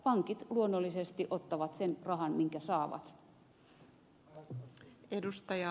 pankit luonnollisesti ottavat sen rahan minkä saavat